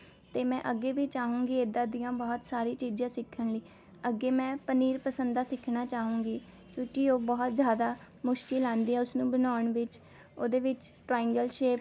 ਅਤੇ ਮੈਂ ਅੱਗੇ ਵੀ ਚਾਹਵਾਂਗੀ ਇਦਾਂ ਦੀਆਂ ਬਹੁਤ ਸਾਰੀ ਚੀਜ਼ਾਂ ਸਿੱਖਣ ਲਈ ਅੱਗੇ ਮੈਂ ਪਨੀਰ ਪਸੰਦਾ ਸਿੱਖਣਾ ਚਾਹਵਾਂਗੀ ਕਿਉਂਕਿ ਉਹ ਬਹੁਤ ਜ਼ਿਆਦਾ ਮੁਸ਼ਕਿਲ ਆਉਂਦੀ ਹੈ ਉਸਨੂੰ ਬਣਾਉਣ ਵਿੱਚ ਉਹਦੇ ਵਿੱਚ ਟ੍ਰਾਇਐਂਗਲ ਸ਼ੇਪ